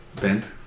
bent